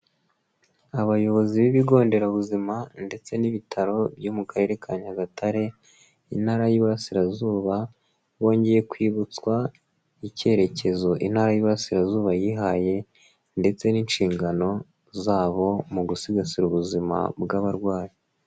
Abayobozi b'ibigo nderabuzima ndetse n'ibitaro byo mu Karere ka Nyagatare, Intara y'burasirazuba, bongeye kwibutswa icyerekezo Intara y'iburasirazuba yihaye ndetse n'inshingano zabo, mu gusigasira ubuzima bw'abarwayi.